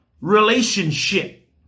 relationship